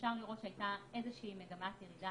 אפשר לראות שהייתה איזה שהיא מגמת ירידה